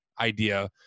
idea